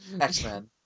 X-Men